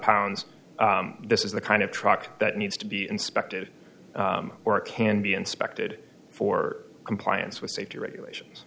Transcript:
pounds this is the kind of truck that needs to be inspected or it can be inspected for compliance with safety regulations